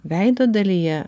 veido dalyje